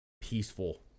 peaceful